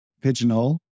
Pigeonhole